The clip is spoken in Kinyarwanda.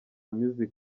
music